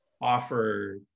offer